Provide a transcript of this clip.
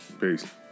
Peace